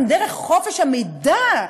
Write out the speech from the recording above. גם דרך חופש המידע,